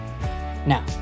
Now